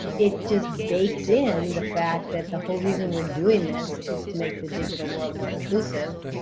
it just bakes in the fact that the whole reason we're doing this is to make the digital world more inclusive.